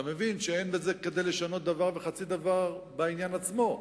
אתה מבין שאין בזה כדי לשנות דבר וחצי דבר בעניין עצמו.